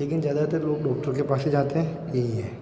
लेकिन ज़्यादातर लोग डॉक्टर के पास ही जाते हैं यही है